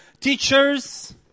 teachers